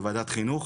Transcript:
בוועדת חינוך,